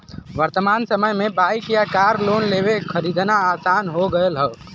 वर्तमान समय में बाइक या कार लोन लेके खरीदना आसान हो गयल हौ